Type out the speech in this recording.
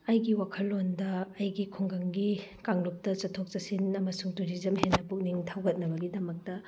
ꯑꯩꯒꯤ ꯋꯥꯈꯜꯂꯣꯟꯗ ꯑꯩꯒꯤ ꯈꯨꯡꯒꯪꯒꯤ ꯀꯥꯡꯂꯨꯞꯇ ꯆꯠꯊꯣꯛ ꯆꯠꯁꯤꯟ ꯑꯃꯁꯨꯡ ꯇꯨꯔꯤꯖꯝ ꯍꯦꯟꯅ ꯄꯨꯛꯅꯤꯡ ꯊꯧꯒꯠꯅꯕꯒꯤꯗꯃꯛꯇ